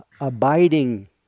abiding